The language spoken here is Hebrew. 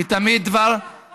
כי תמיד דבר,